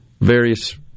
various